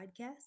podcast